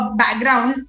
background